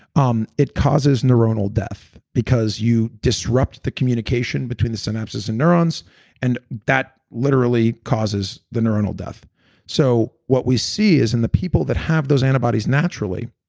um it causes neuronal death because you disrupt the communication between the synapses and neurons and that literally causes the neuronal death so what we see is in the people that have those antibodies naturally,